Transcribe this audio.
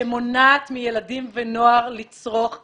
שמונעת מילדים ונוער לצרוך אלכוהול,